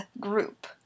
group